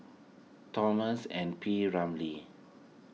Thomas and P Ramlee